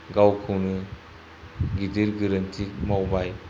गावखौनो गिदिर गोरोन्थि मावबाय